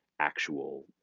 actual